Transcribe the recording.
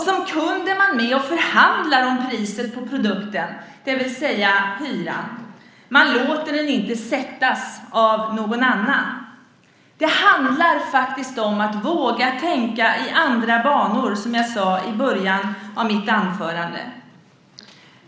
Som kund är man med och förhandlar om priset på produkten, det vill säga hyran. Man låter den inte sättas av någon annan. Det handlar faktiskt om att våga tänka i andra banor, som jag sade i början av mitt anförande.